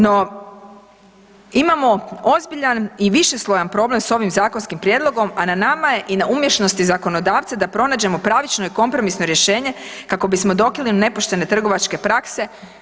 No, imamo ozbiljan i višeslojan problem s ovim zakonskim prijedlogom a na nama je i na umješnosti zakonodavca da pronađemo pravično i kompromisno rješenje kako bismo dokinuli nepoštene trgovačke prakse.